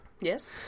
yes